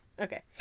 Okay